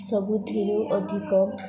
ସବୁଥିରୁ ଅଧିକ